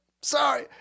sorry